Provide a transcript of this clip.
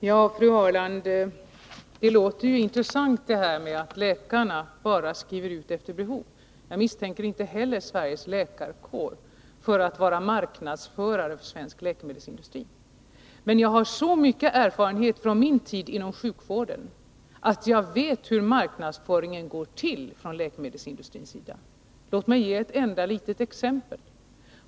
Herr talman! Det låter, fru Ahrland, intressant att läkarna skriver ut bara efter behov. Jag misstänker inte heller Sveriges läkarkår för att vara marknadsförare för svensk läkemedelsindustri. Men jag har så mycket erfarenhet från min tid inom sjukvården att jag vet hur marknadsföringen går till från läkemedelsindustrins sida. Låt mig ge ett enda litet exempel.